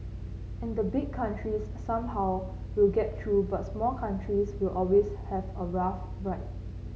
and the big countries somehow will get through but small countries will always have a rough ride